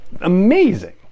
amazing